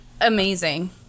Amazing